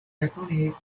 taconic